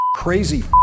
Crazy